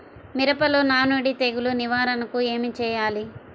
మిరపలో నానుడి తెగులు నివారణకు ఏమి చేయాలి?